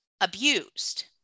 abused